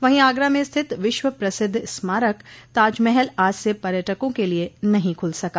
वहीं आगरा में स्थित विश्व प्रसिद्ध स्मारक ताजमहल आज से पर्यटकों के लिये नहीं खुल सका